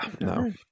no